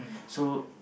so